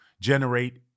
generate